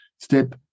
step